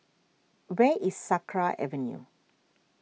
where is Sakra Avenue